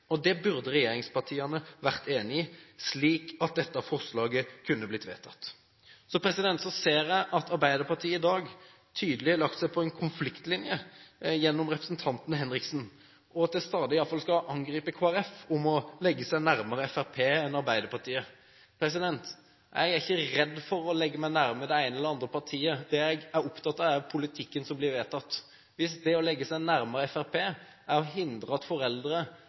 rimelig. Det burde regjeringspartiene vært enig i, slik at dette forslaget kunne blitt vedtatt. Så ser jeg at Arbeiderpartiet i dag tydelig har lagt seg på en konfliktlinje, gjennom representanten Henriksen, og at de stadig skal angripe Kristelig Folkeparti for å legge seg nærmere Fremskrittspartiet enn Arbeiderpartiet. Jeg er ikke redd for å legge meg nærme det ene eller det andre partiet. Det jeg er opptatt av, er politikken som blir vedtatt. Hvis det å legge seg nærmere Fremskrittspartiet er å hindre at foreldre